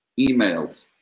emailed